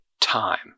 time